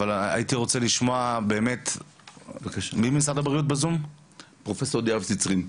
אבל הייתי רוצה לשמוע מפרופסור דיאב-ציטרין,